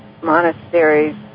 monasteries